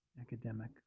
academic